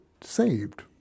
saved